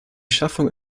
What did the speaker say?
schaffung